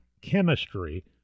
chemistry